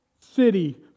city